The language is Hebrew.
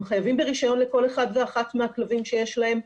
הם חייבים ברישיון לכל אחד ואחד מהכלבים שיש להם,